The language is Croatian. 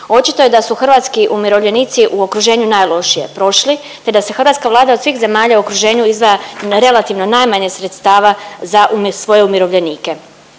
Očito je da su hrvatski umirovljenici u okruženju najlošije prošli, te da se hrvatska Vlada od svih zemalja u okruženju izdvaja na relativno najmanje sredstava za svoje umirovljenike.